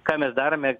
ką mes darome